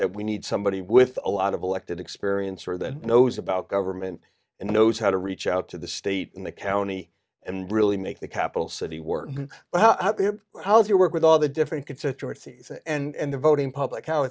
that we need somebody with a lot of elected experience or that knows about government and knows how to reach out to the state in the county and really make the capital city work how's your work with all the different constituencies and the voting public how